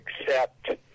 accept